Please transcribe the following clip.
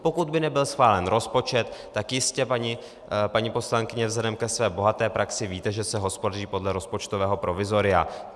Pokud by nebyl schválen rozpočet, tak jistě, paní poslankyně, vzhledem ke své bohaté praxi víte, že se hospodaří podle rozpočtového provizoria.